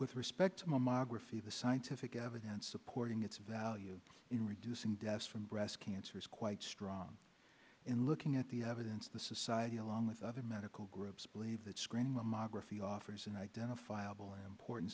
with respect to mammography the scientific evidence supporting its value in reducing deaths from breast cancer is quite strong in looking at the evidence the society along with other medical groups believe that screening mammography offers an identifiable important